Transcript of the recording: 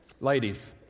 Ladies